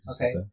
Okay